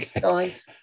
guys